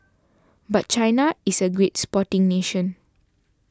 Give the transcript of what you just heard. but China is a great sporting nation